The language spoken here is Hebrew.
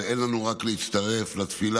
ואין לנו אלא להצטרף לתפילה: